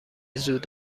زود